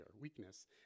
weakness